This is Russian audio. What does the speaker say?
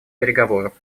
переговоров